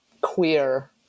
queer